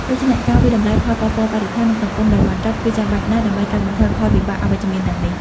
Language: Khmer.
ដួច្នេះការវាយតម្លៃផលប៉ះពាល់បរិស្ថាន និងសង្គមដោយហ្មត់ចត់ គឺចាំបាច់ណាស់ដើម្បីកាត់បន្ថយផលវិបាកអវិជ្ជមានទាំងនេះ។